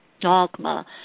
dogma